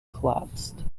collapsed